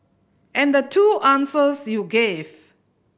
and the two answers you gave